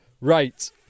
Right